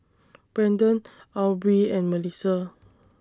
Brendon Aubree and Mellissa